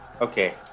Okay